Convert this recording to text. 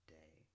day